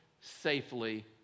safely